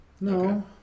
No